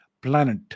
planet